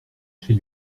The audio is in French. chez